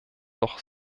doch